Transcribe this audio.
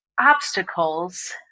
obstacles